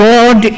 God